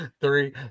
Three